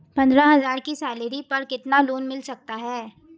पंद्रह हज़ार की सैलरी पर कितना लोन मिल सकता है?